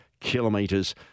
kilometres